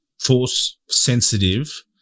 Force-sensitive